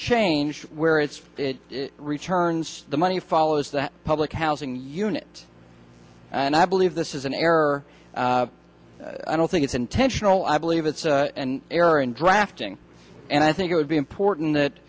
change where it's returns the money follows the public housing unit and i believe this is an error i don't think it's intentional i believe it's an error in drafting and i think it would be important that